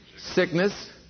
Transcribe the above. sickness